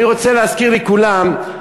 אני רוצה להזכיר לכולם,